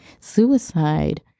suicide